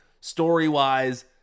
story-wise